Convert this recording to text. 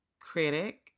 critic